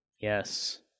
Yes